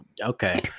Okay